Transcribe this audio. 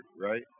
right